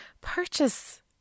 purchase